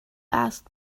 asked